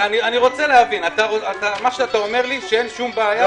רוצה להבין, מה שאתה אומר לי, שאין שום בעיה.